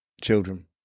children